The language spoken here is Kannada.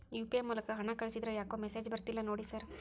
ಯು.ಪಿ.ಐ ಮೂಲಕ ಹಣ ಕಳಿಸಿದ್ರ ಯಾಕೋ ಮೆಸೇಜ್ ಬರ್ತಿಲ್ಲ ನೋಡಿ ಸರ್?